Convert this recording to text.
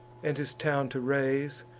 and his town to raise,